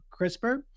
CRISPR